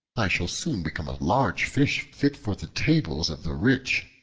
i shall soon become a large fish fit for the tables of the rich,